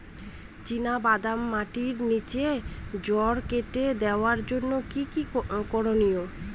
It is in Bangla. চিনা বাদামে মাটির নিচে জড় কেটে দেওয়ার জন্য কি কী করনীয়?